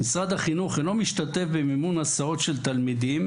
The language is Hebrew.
משרד החינוך אינו משתתף במימון הסעות של תלמידים